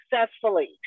successfully